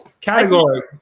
category